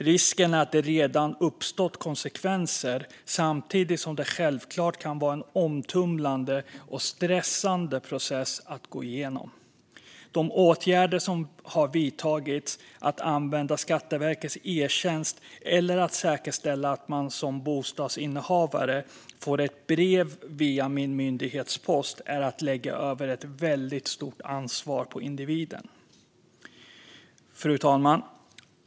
Risken är att det redan har uppstått konsekvenser, samtidigt som det självklart kan vara en omtumlande och stressande process att gå igenom. De åtgärder som har vidtagits, alltså att använda Skatteverkets e-tjänst eller att säkerställa att man som bostadsinnehavare får ett brev via Min myndighetspost, är att lägga över ett väldigt stort ansvar på individen. Fru talman!